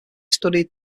studied